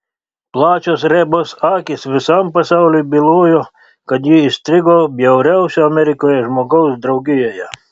plačios rebos akys visam pasauliui bylojo kad ji įstrigo bjauriausio amerikoje žmogaus draugijoje